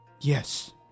Yes